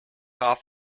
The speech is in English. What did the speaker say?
off